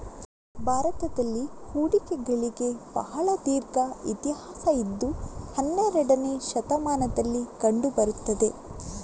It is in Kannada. ಭಾರತದಲ್ಲಿ ಹುಂಡಿಗಳಿಗೆ ಬಹಳ ದೀರ್ಘ ಇತಿಹಾಸ ಇದ್ದು ಹನ್ನೆರಡನೇ ಶತಮಾನದಲ್ಲಿ ಕಂಡು ಬರುತ್ತದೆ